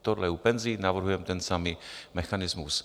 Tohle u penzí, navrhujeme ten samý mechanismus.